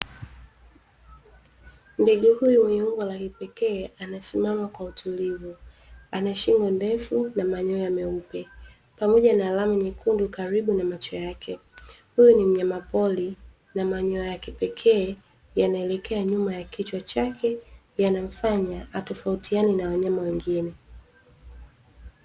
Ndege huyu mwenye umbo la kipekee, amesimama kwa utulivu, ana shingo ndefu na manyoya meupe pamoja na alama nyekundu karibu na macho yake. Huyu ni mnyama pori, na manyoya ya kipekee yanaelekea nyuma ya kichwa chake, yanamfanya atofautiane na wanyama wengine.